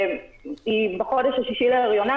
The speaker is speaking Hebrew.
היא בחודש השישי להריונה,